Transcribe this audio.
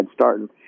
starting